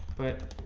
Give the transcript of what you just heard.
but